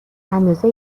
اندازه